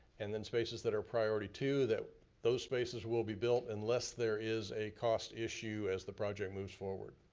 and then spaces that are priority two, that those spaces will be built unless there is a cost issue as the project moves forward.